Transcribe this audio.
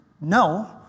no